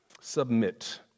Submit